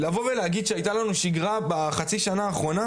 לבוא ולהגיד שהייתה לנו שגרה בחצי השנה האחרונה,